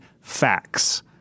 facts